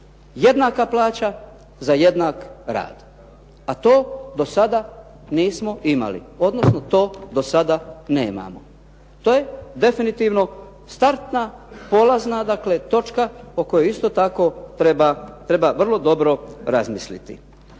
jednaka plaća za jednak rad. A to do sada nismo imali, odnosno to do sada nemamo. To je definitivno startna dakle polazna točka po kojoj isto tako treba vrlo dobro razmisliti.